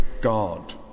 God